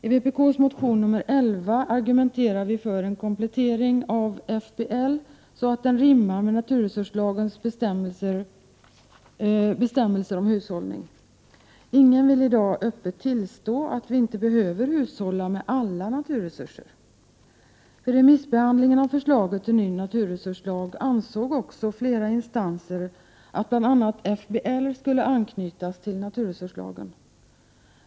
I vpk:s motion nr 11 argumenterar vi för en komplettering av FBL så att den rimmar med NRL:s bestämmelser om hushållning. Ingen vill i dag öppet tillstå att vi inte behöver hushålla med alla naturresurser. Vid remissbehandlingen av förslaget till ny naturresurslag ansåg också flera instanser att bl.a. FBL skulle anknytas till NRL.